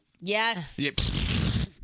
Yes